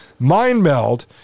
MindMeld